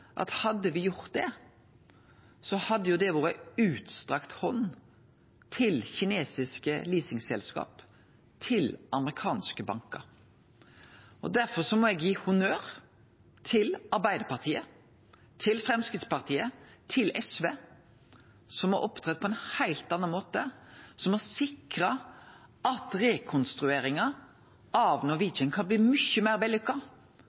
at hadde me gjort det, hadde det vore ei utstrekt hand til kinesiske leasingselskap, til amerikanske bankar. Derfor må eg gi honnør til Arbeidarpartiet, Framstegspartiet og SV, som har opptredd på ein heilt annan måte, som har sikra at rekonstrueringa av Norwegian kan bli mykje meir